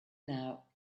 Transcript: now